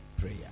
prayer